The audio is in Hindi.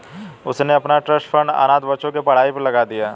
उसने अपना ट्रस्ट फंड अनाथ बच्चों की पढ़ाई पर लगा दिया